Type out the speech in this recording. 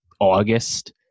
August